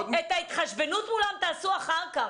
את ההתחשבנות מולן תעשו אחר כך.